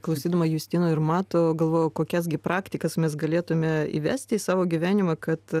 klausydama justino ir mato galvojau kokias gi praktikas mes galėtume įvesti į savo gyvenimą kad